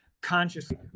consciously